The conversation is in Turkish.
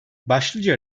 başlıca